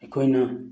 ꯑꯩꯈꯣꯏꯅ